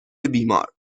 بیمار